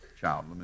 child